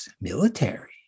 military